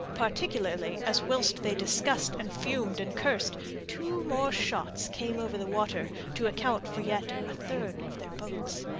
particularly as whilst they discussed and fumed and cursed two more shots came over the water to account for yet a third of their boats.